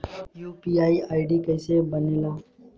UPI ID कैसे बनेला?